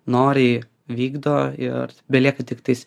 noriai vykdo ir belieka tiktais